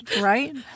right